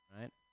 right